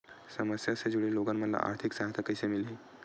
समस्या ले जुड़े लोगन मन ल आर्थिक सहायता कइसे मिलही?